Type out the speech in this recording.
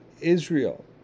Israel